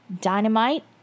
Dynamite